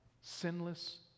sinless